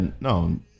no